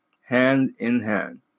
hand-in-hand